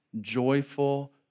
joyful